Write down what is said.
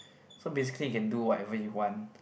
so basically you can do whatever you want